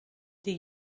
die